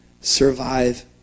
survive